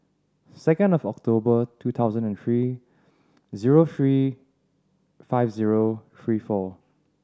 second of October two thousand and three zero three five zero three four